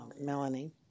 Melanie